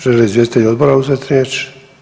Žele li izvjestitelji odbora uzeti riječ?